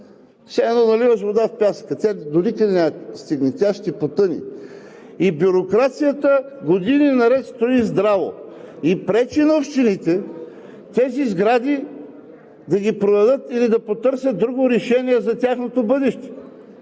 все едно да наливаш вода в пясъка, доникъде няма да стигне, тя ще потъне и бюрокрацията години наред стои здраво и пречи на общините тези сгради да ги продадат или да потърсят друго решение за тяхното бъдеще.